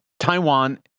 Taiwan